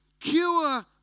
Cure